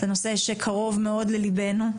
זה נושא שקרוב מאוד לליבנו.